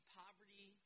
poverty